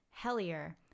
hellier